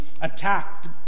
Attacked